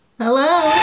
Hello